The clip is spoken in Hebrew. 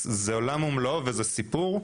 זה עולם ומלואו וזה סיפור,